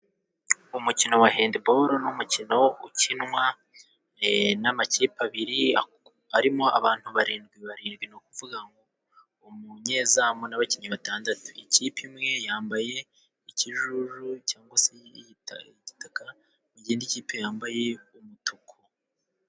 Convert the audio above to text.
Umukino wa Hendibolo ni umukino ukinwa e n'amakipe abiri, arimo abantu barindwi barindwi, ni ukuvuga ngo umunyezamu n'abakinnyi batandatu. Ikipe imwe yambaye ikijuju cyangwa se yitaye igitaka, mu gihe indi kipe yambaye umutuku.